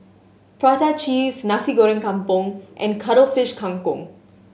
prata cheese Nasi Goreng Kampung and Cuttlefish Kang Kong